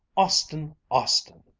austin! austin!